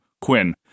Quinn